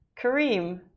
Kareem